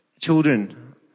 children